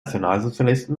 nationalsozialisten